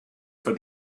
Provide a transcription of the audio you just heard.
for